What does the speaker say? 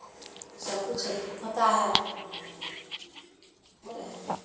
सब कुछ होता है हो गया